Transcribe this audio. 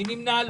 מי נמנע?